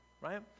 right